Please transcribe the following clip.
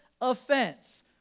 offense